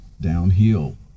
downhill